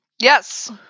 Yes